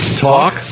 talk